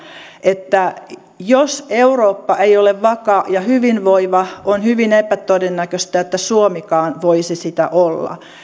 että jos eurooppa ei ole vakaa ja hyvinvoiva on hyvin epätodennäköistä että suomikaan voisi olla